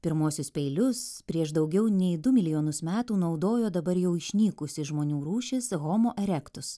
pirmuosius peilius prieš daugiau nei du milijonus metų naudojo dabar jau išnykusi žmonių rūšis homo erektus